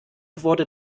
wurde